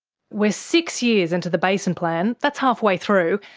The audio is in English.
we're six years into the basin plan, that's halfway through,